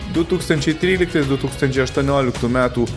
du tūkstančiai tryliktais du tūkstančiai aštuonioliktų metų